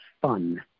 fun